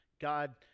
God